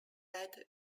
red